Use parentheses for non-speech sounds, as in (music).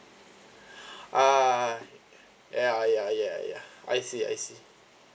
(breath) ah ya ya ya ya I see I see